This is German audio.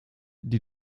die